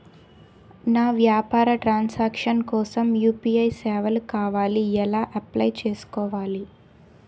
నా వ్యాపార transaction కోసం యు.పి.ఐ సేవలు కావాలి ఎలా అప్లయ్ చేసుకోవాలి?